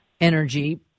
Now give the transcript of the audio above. energy